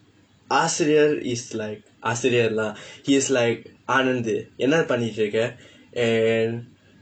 ஆசிரியர்:aasiriyar is like ஆசிரியர்:aasiriyar lah he is like anand என்ன பண்ணிட்டு இருக்கிற:enna pannitdu irukkira and